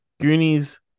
Goonies